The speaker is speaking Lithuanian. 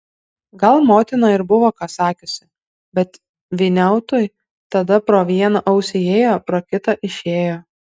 gal motina ir buvo ką sakiusi bet vyniautui tada pro vieną ausį įėjo pro kitą išėjo